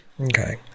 Okay